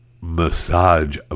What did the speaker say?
massage